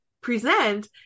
present